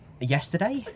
yesterday